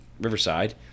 riverside